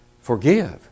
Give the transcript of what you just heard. Forgive